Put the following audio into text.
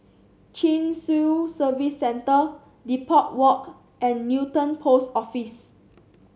Chin Swee Service Centre Depot Walk and Newton Post Office